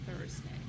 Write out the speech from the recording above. Thursday